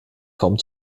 kaum